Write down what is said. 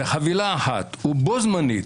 בחבילה אחת ובו-זמנית,